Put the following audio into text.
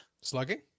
Slugging